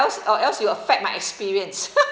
or else you affect my experience